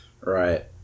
Right